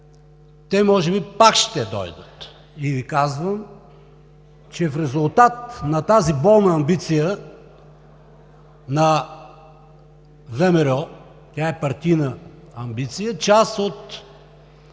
те може би пак ще дойдат и Ви казвам, че в резултат на тази болна амбиция на ВМРО, тя е партийна амбиция, част от